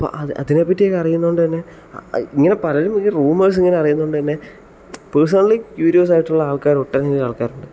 അപ്പോൾ അതിനെ പറ്റിയൊക്കെ അറിയുന്നത് കൊണ്ട് തന്നെ ഇ ഇങ്ങനെ പലരും റുമേഴ്സ് ഇങ്ങനെ അറിയുന്നത് കൊണ്ട് തന്നെ പേഴ്സണലി ക്യൂറിയസ് ആയിട്ടുള്ള ആൾക്കാർ ഒട്ടനവധി ആൾക്കാരുണ്ട്